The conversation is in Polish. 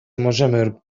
możemy